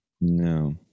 No